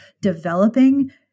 developing